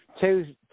two